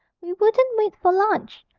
we wouldn't wait for lunch,